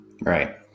Right